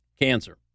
Cancer